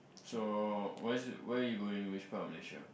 so was it where you going which part of Malaysia